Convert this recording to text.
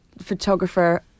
photographer